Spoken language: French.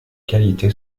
qualité